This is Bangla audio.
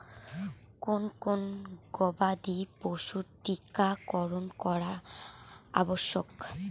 কোন কোন গবাদি পশুর টীকা করন করা আবশ্যক?